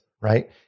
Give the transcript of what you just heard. right